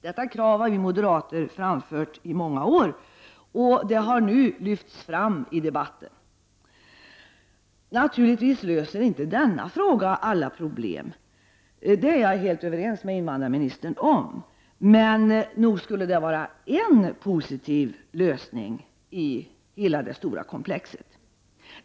Detta krav har vi moderater framfört i många år, och det har nu lyfts fram i debatten. Jag är helt överens med invandrarministern om att detta naturligtvis inte löser alla problem, men det skulle vara en positiv detalj i hela det stora komplexet.